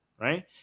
right